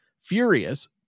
furious